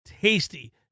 tasty